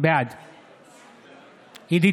בעד עידית